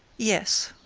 yes.